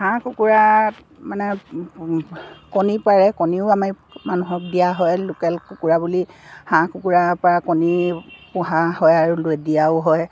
হাঁহ কুকুৰা মানে কণী পাৰে কণীও আমি মানুহক দিয়া হয় লোকেল কুকুৰা বুলি হাঁহ কুকুৰা পৰা কণী পোহা হয় আৰু লৈ দিয়াও হয়